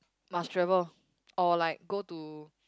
must travel or like go to